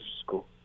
school